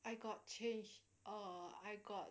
I got change err I got